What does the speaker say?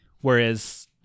Whereas